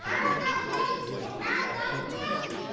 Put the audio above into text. elmo's not ready to ride that bike!